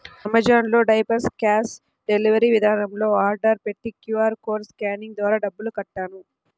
Amazon లో diapers cash delivery విధానంలో order పెట్టి క్యూ.ఆర్ కోడ్ స్కానింగ్ ద్వారా డబ్బులు కట్టాను